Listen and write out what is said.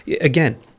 Again